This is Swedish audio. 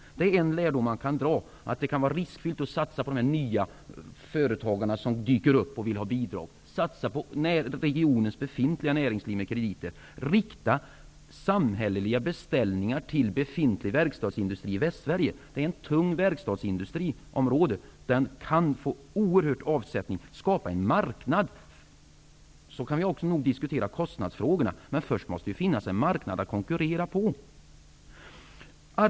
Det är en lärdom man kan dra att det kan vara riskfyllt att satsa på dessa nya företagare som dyker upp och vill ha bidrag. Satsa på regionens befintliga näringsliv med krediter! Rikta samhälleliga beställningar till befintlig verkstadsindustri i Västsverige! Där finns en tung verkstadsindustri, som kan få en oerhörd avsättning. Skapa en marknad! Sedan kan vi också diskutera kostnaderna, men först måste det finnas en marknad att konkurrera på.